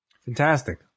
Fantastic